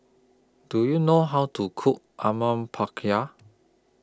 Do YOU know How to Cook